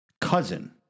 cousin